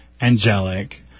angelic